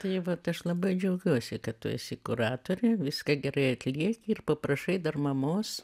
tai vat aš labai džiaugiuosi kad tu esi kuratorė viską gerai atlieki ir paprašai dar mamos